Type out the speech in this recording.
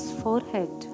forehead